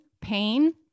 pain